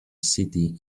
city